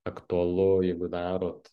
aktualu jeigu darot